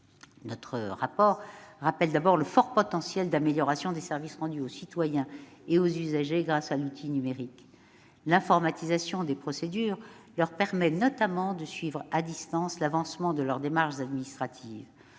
Notre rapport rappelle, d'abord, le fort potentiel d'amélioration des services rendus aux citoyens et aux usagers grâce à l'outil numérique. L'informatisation des procédures leur permet notamment de suivre à distance l'avancement de leurs démarches administratives.